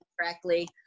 correctly